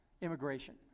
immigration